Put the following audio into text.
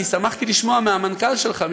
כי שמחתי לשמוע מהמנכ"ל שלך,